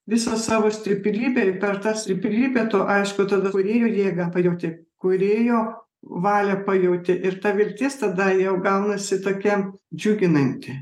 visą savo stiprybę ir per tą stiprybę tu aišku tada kūrėjo jėgą pajauti kūrėjo valią pajauti ir ta viltis tada jau gaunasi tokia džiuginanti